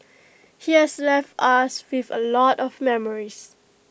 he has left us with A lot of memories